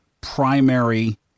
primary